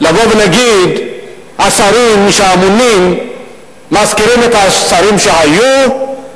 השרים שאמונים מזכירים את השרים שהיו,